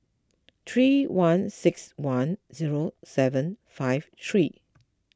three one six one zero seven five three